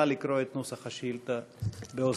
נא לקרוא את נוסח השאילתה באוזנינו.